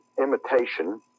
imitation